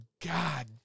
god